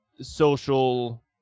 social